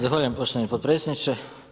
Zahvaljujem poštovani potpredsjedniče.